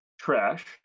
Trash